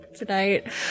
tonight